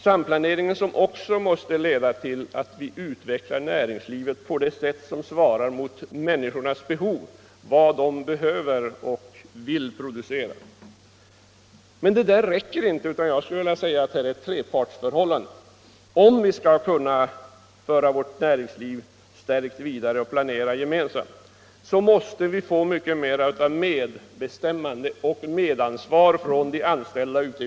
Samplaneringen måste också leda till att vi utvecklar näringslivet på ett sätt som svarar mot vad människorna behöver och vill producera. Men detta räcker inte. Om vi skall kunna stärka vårt näringsliv och planera gemensamt måste vi få mycket mera av medbestämmande och medansvar för de anställda i företagen.